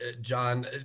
John